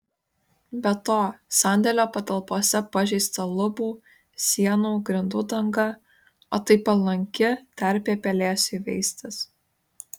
be to sandėlio patalpose pažeista lubų sienų grindų danga o tai palanki terpė pelėsiui veistis